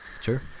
Sure